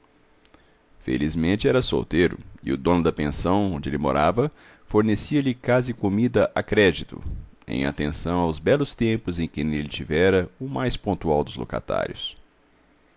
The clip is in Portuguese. felizmente era solteiro e o dono da pensão onde ele morava fornecia lhe casa e comida a crédito em atenção aos belos tempos em que nele tivera o mais pontual dos locatários